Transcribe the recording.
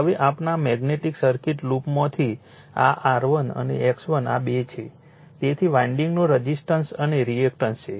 હવે આપણા magnetic circuit લૂપમાંથી આ R1 અને X1 આ બે છે તેથી વાન્ડિંગનો રઝિસ્ટન્સ અને રિએક્ટન્સ છે